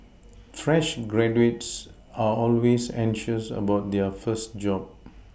fresh graduates are always anxious about their first job